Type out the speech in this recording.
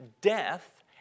death